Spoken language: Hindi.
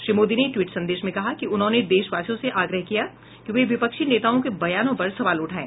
श्री मोदी ने टवीट संदेश में कहा कि उन्होंने देशवासियों से आग्रह किया कि वे विपक्षी नेताओं के बयानों पर सवाल उठाएं